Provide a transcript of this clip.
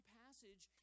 passage